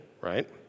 right